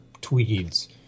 tweeds